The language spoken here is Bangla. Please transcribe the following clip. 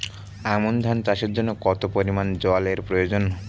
আমন ধান চাষের জন্য কত পরিমান জল এর প্রয়োজন?